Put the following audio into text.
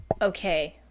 Okay